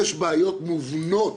יש בעיות מובנות